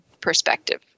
perspective